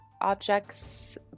Objects